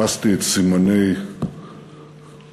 חיפשתי את סימני ידו